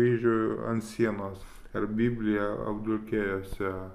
kryžių ant sienos ar bibliją apdulkėjusią